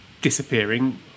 disappearing